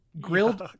grilled